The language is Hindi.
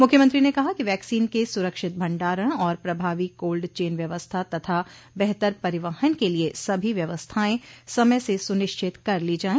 मुख्यमंत्री ने कहा कि वैक्सीन के सुरक्षित भंडारण और प्रभावी कोल्ड चेन व्यवस्था तथा बेहतर परिवहन के लिये सभी व्यवस्थाएं समय से सुनिश्चित कर ली जाये